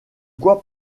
quoi